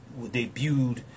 debuted